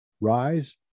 rise